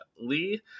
Lee